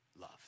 love